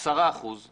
10 אחוזים